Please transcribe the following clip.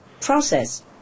process